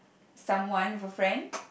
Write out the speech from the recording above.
someone with a friend